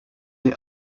the